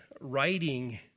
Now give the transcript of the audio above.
writing